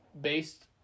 based